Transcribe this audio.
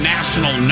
National